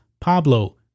Pablo